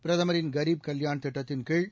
பிரதமரின் கரீப் கல்யாண் திட்டத்தின்கீழ்